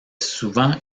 souvent